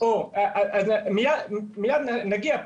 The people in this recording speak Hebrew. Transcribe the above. מייד נגיע.